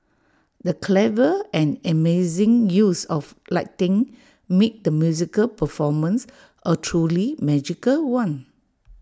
the clever and amazing use of lighting made the musical performance A truly magical one